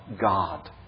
God